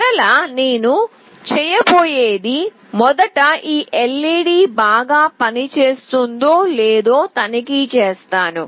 మరలా నేను చేయబోయేది మొదట ఈ LED బాగా పనిచేస్తుందో లేదో తనిఖీ చేస్తాను